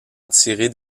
attiré